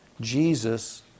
Jesus